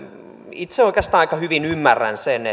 itse oikeastaan aika hyvin ymmärrän sen